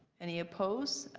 any opposed?